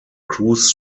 cruise